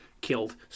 killed